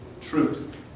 Truth